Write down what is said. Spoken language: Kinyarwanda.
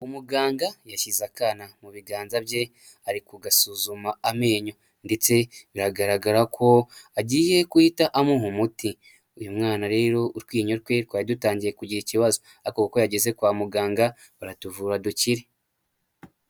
Umuganga yashyize akana mu biganza bye ari kugasuzuma amenyo, ndetse biragaragara ko agiye guhita amuha umuti, uyu mwana rero utwinyo twe, twari dutangiye kugira ikibazo, ariko kuko yageze kwa muganga, baratuvura dukire.